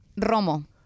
Romo